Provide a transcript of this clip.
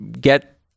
get